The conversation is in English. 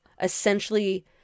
essentially